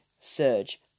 surge